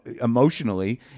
emotionally